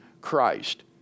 Christ